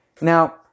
now